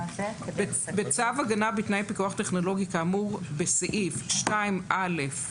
"בצו הגנה בתנאי פיקוח טכנולוגי כאמור בסעיף 2א(4)